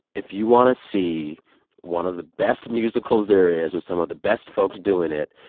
if you want to see one of the best musicals there is with some of the best folks doing it,